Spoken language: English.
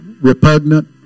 repugnant